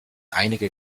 einige